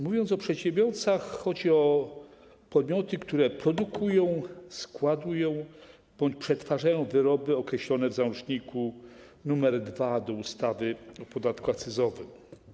Mówiąc o przedsiębiorcach, mam na myśli podmioty, które produkują, składują bądź przetwarzają wyroby określone w załączniku nr 2 do ustawy o podatku akcyzowym.